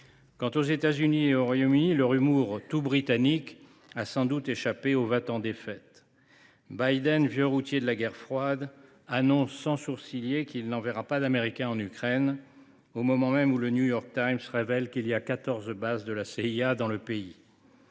Quant aux États Unis et au Royaume Uni, leur humour tout britannique a sans doute échappé aux va t en défaite. Biden, vieux routier de la guerre froide, annonce sans sourciller qu’il n’enverra pas d’Américains en Ukraine au moment même où le révèle qu’il y a quatorze bases de la CIA dans le pays…